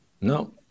No